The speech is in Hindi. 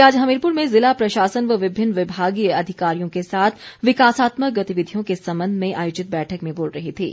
वे आज हमीरपुर में जिला प्रशासन व विभिन्न विभागीय अधिकारियों के साथ विकासात्मक गतिविधियों के संबंध में आयोजित बैठक में बोल रही थीं